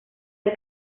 del